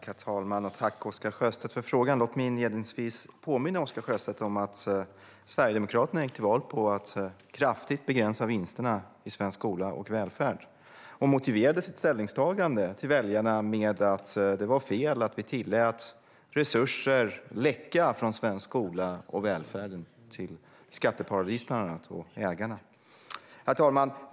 Herr talman! Tack, Oscar Sjöstedt, för frågan! Jag vill inledningsvis påminna Oscar Sjöstedt om att Sverigedemokraterna gick till val på att kraftigt begränsa vinsterna i svensk skola och välfärd. Man motiverade sitt ställningstagande till väljarna med att det var fel att vi tillät resurser läcka från svensk skola och välfärd till skatteparadis och ägare. Herr talman!